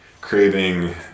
craving